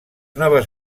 noves